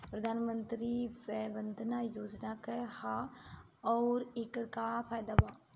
प्रधानमंत्री वय वन्दना योजना का ह आउर एकर का फायदा बा?